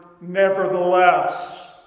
nevertheless